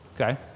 Okay